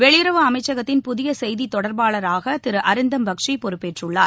வெளியுறவு அமைச்சகத்தின் புதிய செய்தி தொடர்பாளராக திரு அரிந்தம் பக்சி பொறுப்பேற்றுள்ளார்